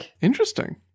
Interesting